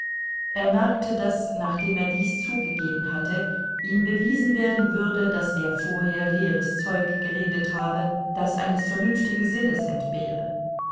er merkte daß nachdem er dies zugegeben hatte ihm bewiesen werden würde daß er vorher leeres zeug geredet habe das eines vernünftigen sinnes entbehre